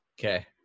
Okay